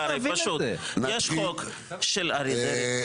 יש חוק של אריה דרעי,